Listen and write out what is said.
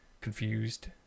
confused